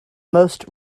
most